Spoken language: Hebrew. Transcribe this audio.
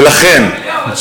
ולכן,